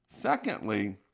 Secondly